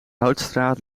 houtstraat